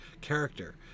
character